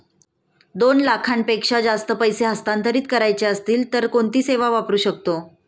दोन लाखांपेक्षा जास्त पैसे हस्तांतरित करायचे असतील तर कोणती सेवा वापरू शकतो?